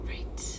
Right